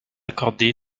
accordé